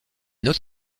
noté